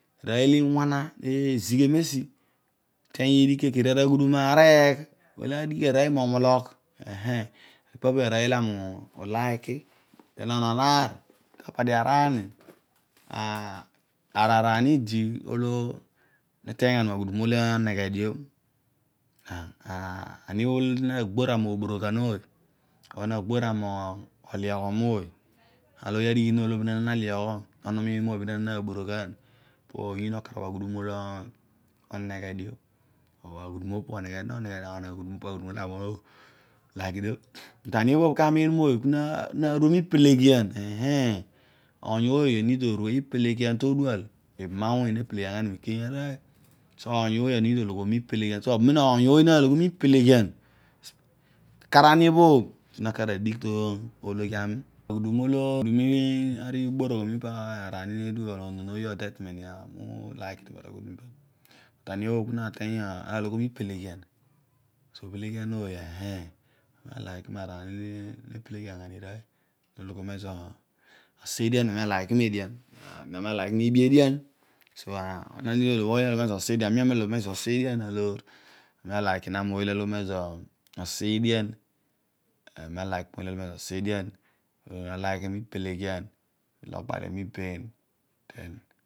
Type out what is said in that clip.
Arooy olo iwana olo ne zighe meesi iteeny odigh kere kere are aghudum aregh ooy olo nadigh gha arooy mo mologh ipa blo pa arooy olo ami uliki den onon aar olo di to padi araani ara araaani idi netany gha ni maghudum olo oneghe dio ani obhobh olo nagbor gha mo boroghan mmoy ooy olo nagbor gha moliom ooy ana umiin be pana na ighom, nabooghan opo obho poyiin okarabh. aghudum olo oneghe dio aghudum opo bho oneghe dio monoghe but ani obhobh ki nara miipeleghian ah ooy onid oru ipeleghian aami aliki miibi edian ana ami obhobh aloghom mezo osa edian ami aloghom mezo osa edian aami aliki na ooy olo aloghom ezo osa adi ah ooy aliki miipele ghian ooy olo ogha dio miiben den